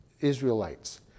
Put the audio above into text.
Israelites